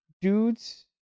dudes